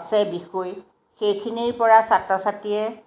আছে বিষয় সেইখিনিৰ পৰা ছাত্ৰ ছাত্ৰীয়ে